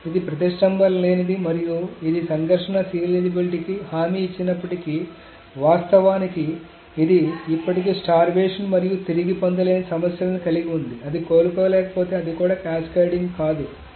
కాబట్టి ఇది ప్రతిష్టంభన లేనిది మరియు ఇది సంఘర్షణ సీరియలైజేబిలిటీకి హామీ ఇచ్చినప్పటికీ వాస్తవానికి ఇది ఇప్పటికీ స్టార్వేషన్ మరియు తిరిగి పొందలేని సమస్యలను కలిగి ఉంది అది కోలుకోక పోతే అది కూడా క్యాస్కేడింగ్ కాదు